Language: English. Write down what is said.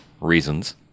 reasons